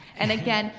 and again,